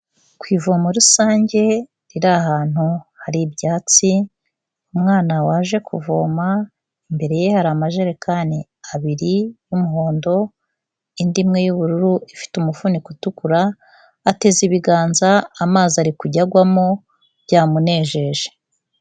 Ku ivomo rusange riri ahantu hari ibyatsi, umwana waje kuvoma imbere ye hari amajerekani abiri y'umuhondo, indi imwe y'ubururu ifite umufuniko utukura, ateze ibiganza amazi ari kujya agwamo, byamunejeje.